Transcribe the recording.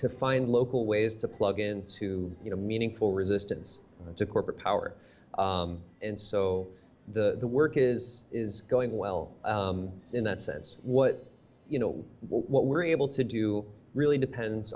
to find local ways to plug into you know meaningful resistance to corporate power and so the work is is going well in that sense what you know what we're able to do really depends